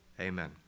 Amen